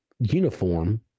uniform